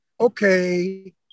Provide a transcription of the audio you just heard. okay